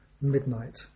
midnight